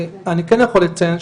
ואני כן יכול לציין,